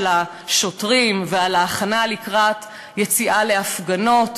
השוטרים ועל ההכנה לקראת יציאה להפגנות.